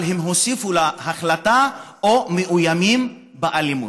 אבל הוסיפו להחלטה: או מאוימים באלימות.